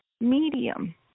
medium